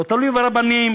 לא תלוי ברבנים,